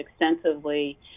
extensively